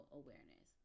awareness